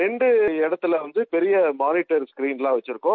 இரண்டு இடத்துல பெரிய மானிட்டர் ஸ்கீன்லா வச்சிருக்கோம்